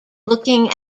looking